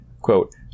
quote